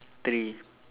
three